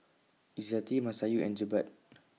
Izzati Masayu and Jebat